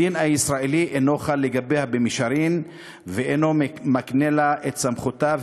הדין הישראלי אינו חל לגביה במישרין ואינו מקנה לה את סמכותה,